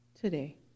today